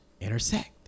intersect